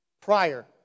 prior